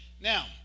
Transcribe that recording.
Now